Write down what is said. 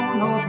no